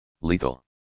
lethal